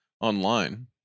online